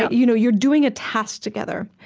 ah you know you're doing a task together.